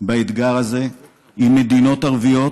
באתגר הזה עם מדינות ערביות,